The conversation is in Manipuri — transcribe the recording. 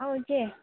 ꯑꯧ ꯏꯆꯦ